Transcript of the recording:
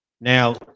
Now